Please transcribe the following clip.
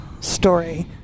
story